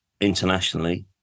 internationally